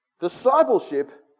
Discipleship